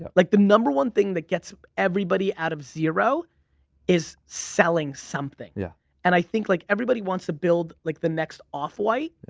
but like the number one thing that gets everybody out of zero is selling something yeah and i think like everybody wants to build like the next off-white.